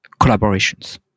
collaborations